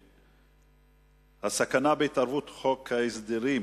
הסכנה בהתערבות חוק ההסדרים